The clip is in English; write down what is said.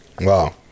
Wow